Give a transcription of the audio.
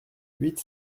huit